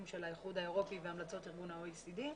של האיחוד האירופי והמלצות ארגון ה-OECD.